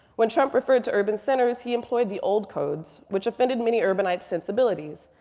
when trump referred to urban centers, he employed the old codes, which offended many urbanites sensibilities.